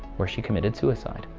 where she committed suicide.